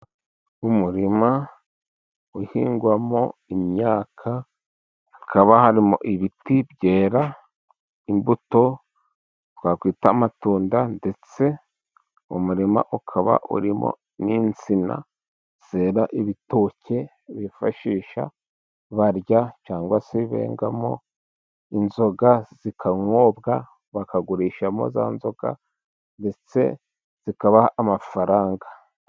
Umurima uhingwamo imyaka hakaba harimo ibiti byera imbuto twakwita amatunda, ndetse umurima ukaba urimo n'insina zera ibitoke bifashisha barya cyangwa se bengamo inzoga zikanyobwa. Bakagurishamo za nzoga ndetse zikabaha amafaranga.